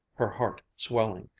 her heart swelling,